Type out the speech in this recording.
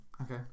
okay